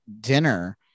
dinner